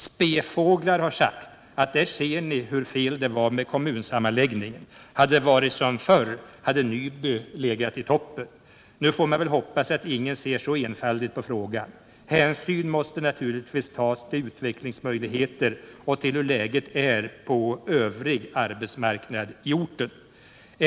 Spefåglar har sagt: Där ser ni hur fel det var med kommunsammanläggningen. Hade det varit som förr, hade Nyby legat i toppen. Nu får man väl hoppas att ingen ser så enfaldigt på frågan. Hänsyn måste naturligtvis tas till utvecklingsmöjligheter och till hur läget är på övrig arbetsmarknad i orten.